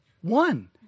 one